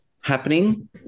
happening